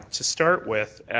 to start with,